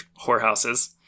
whorehouses